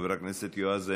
חבר הכנסת יועז הנדל.